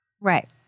Right